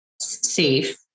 safe